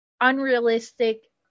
unrealistic